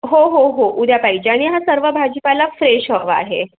हो हो हो उद्या पाहिजे आणि हा सर्व भाजीपाला फ्रेश हवा आहे